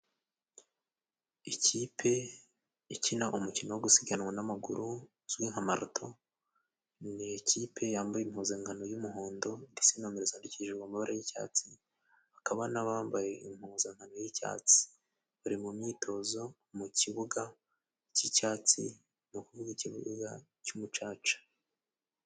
Ikipe ikina umukino wo gusiganwa namaguru uzwi nka marato, ni ikipe yambaye impuzankano y'umuhondo, ndetse nomero zadikije amabababa yicyatsi, hakaba n'abambaye impuzankano yicyatsi. Bari mu myitozo mukibuga cyicyatsi, ni uku kuvuga ikibuga cy'umucaca.